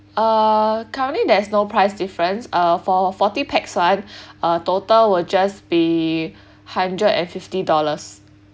uh currently there's no price difference uh for forty pax one uh total willjust be hundred and fifty dollars